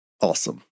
awesome